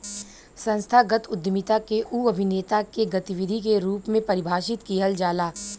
संस्थागत उद्यमिता के उ अभिनेता के गतिविधि के रूप में परिभाषित किहल जाला